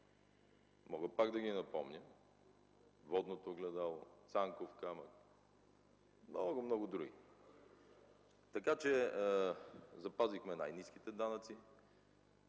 Мога пак да ги напомня: „Водното огледало”, „Цанков камък” и много, много други. Запазихме най-ниските данъци,